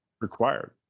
required